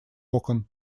окон